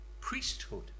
priesthood